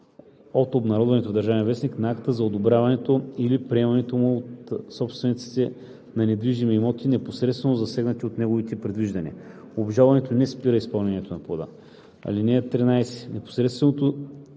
от обнародването в „Държавен вестник“ на акта за одобряването или приемането му от собствениците на недвижими имоти, непосредствено засегнати от неговите предвиждания. Обжалването не спира изпълнението на плана. (13) Непосредствено